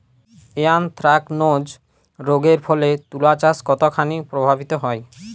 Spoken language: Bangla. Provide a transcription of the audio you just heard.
এ্যানথ্রাকনোজ রোগ এর ফলে তুলাচাষ কতখানি প্রভাবিত হয়?